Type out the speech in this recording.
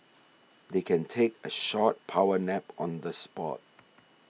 they can take a short power nap on the spot